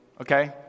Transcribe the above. okay